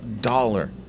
dollar